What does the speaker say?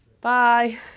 bye